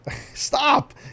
Stop